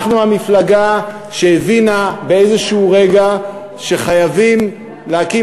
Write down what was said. אנחנו המפלגה שהבינה באיזשהו רגע שחייבים להקים